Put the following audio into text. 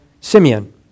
Simeon